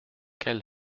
quel